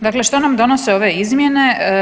Dakle, što nam donose ove izmjene?